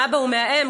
מהאבא או מהאם,